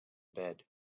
bed